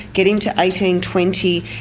get him to eighteen, twenty,